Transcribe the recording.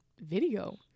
video